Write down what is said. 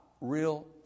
real